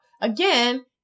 Again